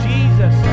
Jesus